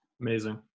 Amazing